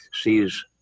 Sees